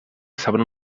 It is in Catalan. saben